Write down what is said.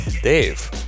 Dave